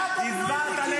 תתבייש.